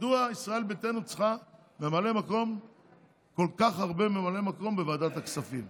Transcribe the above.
מדוע ישראל ביתנו צריכה כל כך הרבה ממלאי מקום בוועדת הכספים?